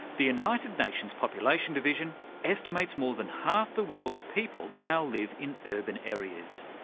the united nations population division estimates more than half the world's people now live in urban areas,